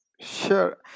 Sure